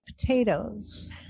potatoes